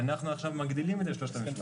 ואנחנו עכשיו מגדילים את זה ל-3,700.